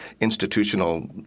institutional